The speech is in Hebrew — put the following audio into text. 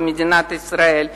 במדינת ישראל,